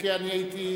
איסור עיקול דמי ליווי),